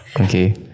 Okay